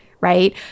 right